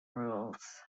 rules